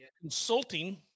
consulting